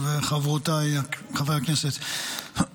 אדוני היושב-ראש, חבריי וחברותיי חברי הכנסת,